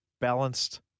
balanced